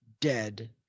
dead